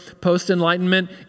post-Enlightenment